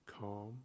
calm